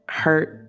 hurt